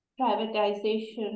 privatization